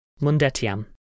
Mundetiam